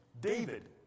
David